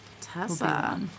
Tessa